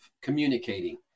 communicating